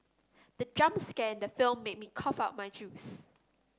the jump scare in the film made me cough out my juice